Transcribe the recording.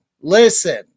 listen